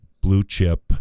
blue-chip